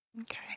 Okay